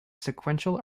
sequential